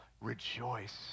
rejoice